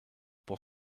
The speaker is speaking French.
pour